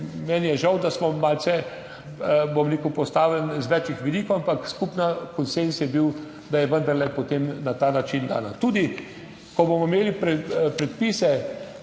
Meni je žal, da smo malce, bom rekel, postavili z več vidikov, ampak skupen konsenz je bil, da je vendarle potem na ta način dana. Tudi, ko bomo imeli predpise,